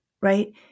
right